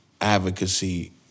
advocacy